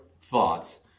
thoughts